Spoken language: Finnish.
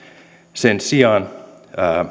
sen sijaan